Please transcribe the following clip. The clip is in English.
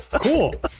Cool